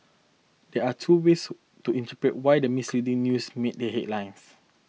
there are two ways to interpret why the misleading news made the headlines